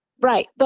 Right